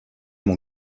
mon